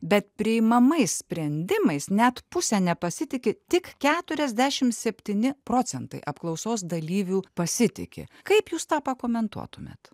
bet priimamais sprendimais net pusė nepasitiki tik keturiasdešim septyni procentai apklausos dalyvių pasitiki kaip jūs tą pakomentuotumėt